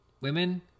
women